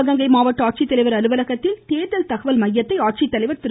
சிவகங்கை மாவட்ட ஆட்சித்தலைவர் அலுவலகத்தில் தேர்தல் தகவல் மையத்தை ஆட்சித்தலைவர் திரு